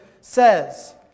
says